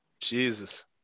Jesus